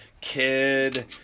kid